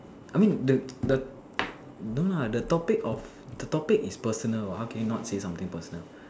I mean the the no lah the topic of the topic is personal what how can you not say something personal